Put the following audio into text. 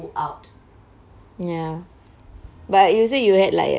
but you say you had like family time and all then what you do then sia